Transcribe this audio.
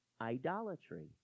idolatry